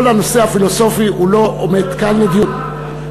כל הנושא הפילוסופי לא עומד כאן לדיון,